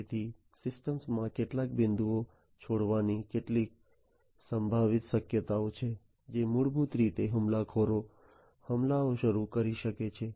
તેથી તે સિસ્ટમ્સમાં કેટલાક બિંદુઓ છોડવાની કેટલીક સંભવિત શક્યતાઓ છે જે મૂળભૂત રીતે હુમલાખોરો હુમલાઓ શરૂ કરી શકે છે